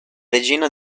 regina